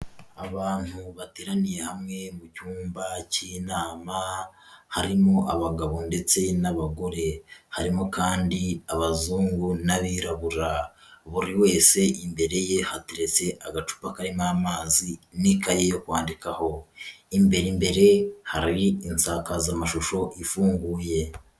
Abantu bateraniye hamwe mu cyumba cy'inama, harimo abagabo ndetse n'abagore, harimo kandi abazungu n'abirabura, buri wese imbere ye hateretse agacupa karimo amazi n'ikaye yo kwandikaho, imbere imbere hari insakazamashusho ifunguye.